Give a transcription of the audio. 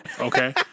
Okay